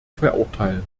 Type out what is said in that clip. verurteilen